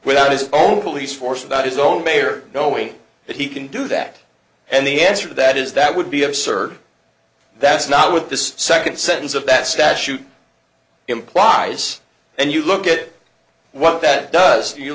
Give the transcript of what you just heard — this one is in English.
without his own police force that his own mayor knowing that he can do that and the answer to that is that would be absurd that's not what this second sentence of that statute implies and you look at it what that does you